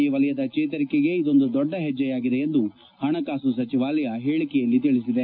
E ವಲಯದ ಚೇತರಿಕೆಗೆ ಇಂದೊಂದು ದೊಡ್ಡ ಹೆಜ್ಲೆಯಾಗಿದೆ ಎಂದು ಹಣಕಾಸು ಸಚಿವಾಲಯ ಹೇಳಿಕೆಯಲ್ಲಿ ತಿಳಿಸಿದೆ